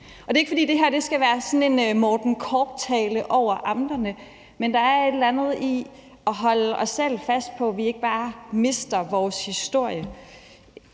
Det er ikke, fordi det her skal være sådan en Morten Korch-tale om amterne, men der er et eller andet i at holde os selv fast på, at vi ikke bare mister vores historie.